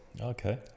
Okay